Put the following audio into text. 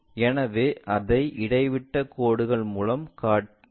எனவே அதை இடைவிட்டக் கோடுகள் மூலம் காட்டுகிறோம்